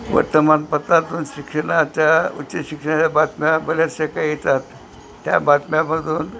वर्तमानपत्रातून शिक्षणाच्या उच्च शिक्षणाच्या बातम्या बरचशा काही येतात त्या बातम्यामधून